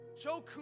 Show